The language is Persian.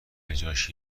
بجاش